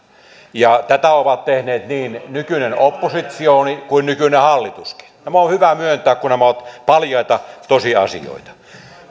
tahansa tätä ovat tehneet niin nykyinen oppositsioni kuin nykyinen hallituskin tämä on hyvä myöntää kun nämä ovat paljaita tosiasioita